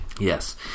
Yes